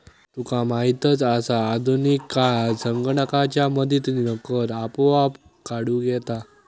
तुका माहीतच आसा, आधुनिक काळात संगणकाच्या मदतीनं कर आपोआप काढूक येता